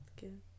good